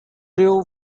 grew